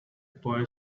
boy